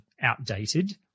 outdated